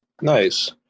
Nice